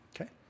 Okay